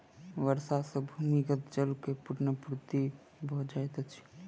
वर्षा सॅ भूमिगत जल के पुनःपूर्ति भ जाइत अछि